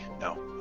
No